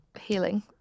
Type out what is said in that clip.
healing